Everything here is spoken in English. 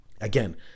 again